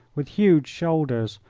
with huge shoulders,